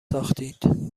ساختید